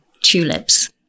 tulips